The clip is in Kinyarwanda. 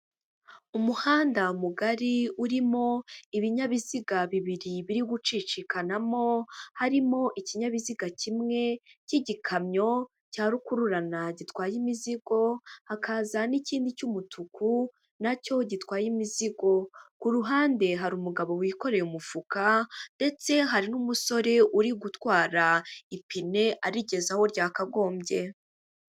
Umuhanda mugari urimo ibinyabiziga bibiri biri gucicikanamo, harimo ikinyabiziga kimwe cy'igikamyo cya rukururana gitwaye imizigo hakaza n'ikindi cy'umutuku na cyo gitwaye imizigo, ku ruhande hari umugabo wikoreye umufuka ndetse hari n'umusore uri gutwara ipine arigeza aho byakagombye.